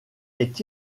est